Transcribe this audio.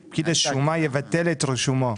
'פקיד השומה יבטל את רישומו',